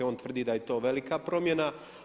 On tvrdi da je to velika promjena.